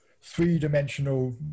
three-dimensional